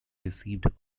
received